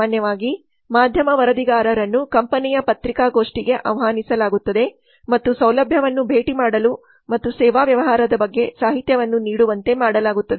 ಸಾಮಾನ್ಯವಾಗಿ ಮಾಧ್ಯಮ ವರದಿಗಾರರನ್ನು ಕಂಪನಿಯ ಪತ್ರಿಕಾಗೋಷ್ಠಿಗೆ ಆಹ್ವಾನಿಸಲಾಗುತ್ತದೆ ಮತ್ತು ಸೌಲಭ್ಯವನ್ನು ಭೇಟಿ ಮಾಡಲು ಮತ್ತು ಸೇವಾ ವ್ಯವಹಾರದ ಬಗ್ಗೆ ಸಾಹಿತ್ಯವನ್ನು ನೀಡುವಂತೆ ಮಾಡಲಾಗುತ್ತದೆ